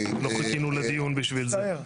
לא חיכינו לדיון בשביל זה.